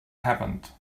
happened